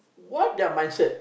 what their mindset